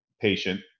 patient